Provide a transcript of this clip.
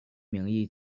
名义